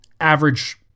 average